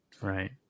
right